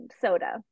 soda